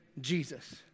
Jesus